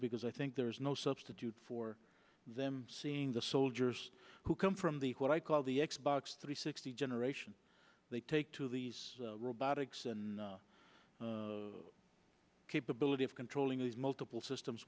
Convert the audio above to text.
because i think there is no substitute for them seeing the soldiers who come from the what i call the x box three sixty generation they take to the robotics and the capability of controlling these multiple systems